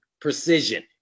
precision